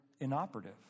inoperative